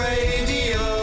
Radio